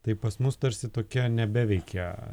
tai pas mus tarsi tokia nebeveikia